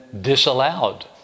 disallowed